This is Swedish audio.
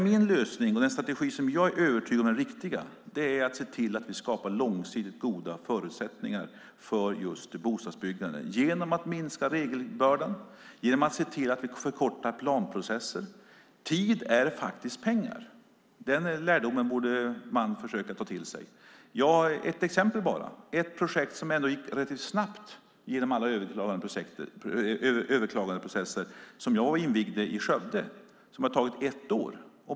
Min lösning och den strategi som jag är övertygad om är den riktiga är att se till att vi skapar långsiktigt goda förutsättningar för bostadsbyggande genom att minska regelbördan och genom att se till att vi förkortar planprocesser. Tid är faktiskt pengar. Den lärdomen borde man försöka ta till sig. Låt mig ta ett exempel. Det handlar om ett projekt som ändå gick relativt snabbt genom alla överklagandeprocesser och som jag invigde i Skövde. Det har tagit ett år.